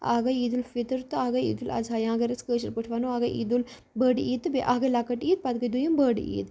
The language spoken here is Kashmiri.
أکھ گٔے عیٖدالفطر تہٕ أکھ گٔے عیٖدُالاَضحیٰ یا أسۍ اگر کٲشِرۍ پٲٹھۍ وَنو أکھ گٔے عیٖدُل بٔڑ عیٖد تہٕ بیٚیہِ اَکھ گٔے لۄکٕٹۍ عیٖد پتہٕ گٔے دوٚیِم بٔڑ عیٖد